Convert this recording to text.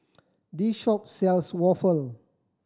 this shop sells waffle